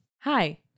Hi